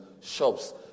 shops